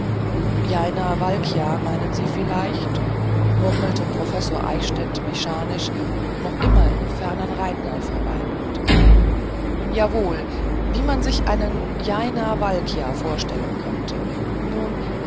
yajnavalkya meinen sie vielleicht murmelte professor eichstädt mechanisch noch immer im fernen rheingau verweilend jawohl wie man sich einen yajnavalkya vorstellen könnte nun